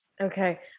Okay